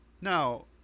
Now